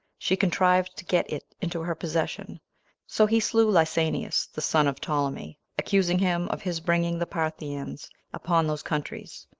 she contrived to get it into her possession so he slew lysanias, the son of ptolemy, accusing him of his bringing the parthians upon those countries.